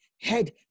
head